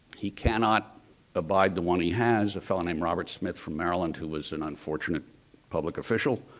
he cannot abide the one he has a fellow named robert smith from maryland who was an unfortunate public official.